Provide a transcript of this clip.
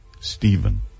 Stephen